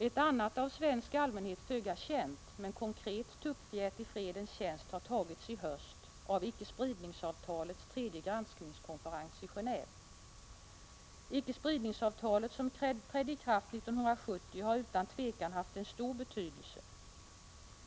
Ett annat, av svensk allmänhet föga känt men konkret tuppfjät i fredens tjänst har tagits i höst av icke-spridningsavtalets tredje granskningskonferens i Geneve. Icke-spridningsavtalet, som trädde i kraft 1970, har utan tvekan haft en stor betydelse.